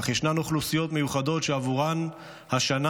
אך ישנן אוכלוסיות מיוחדות שעבורן השנה